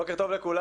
בוקר טוב לכולם,